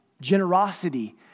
generosity